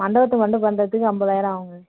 மண்டபத்துக்கு மட்டும் பண்ணுறதுக்கு ஐம்பதாயிரம் ஆகுங்க